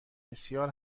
بسیار